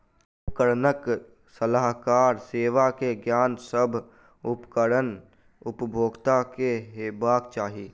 उपकरणक सलाहकार सेवा के ज्ञान, सभ उपकरण उपभोगता के हेबाक चाही